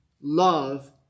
love